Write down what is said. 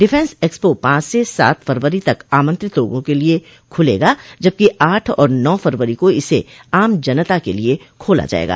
defence expo पांच से सात फरवरी तक आमंत्रित लोगों के लिये खूलेगा जबकि आठ और नौ फरवरी को इसे आम जनता के लिये खोला जायेगा